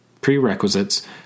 Prerequisites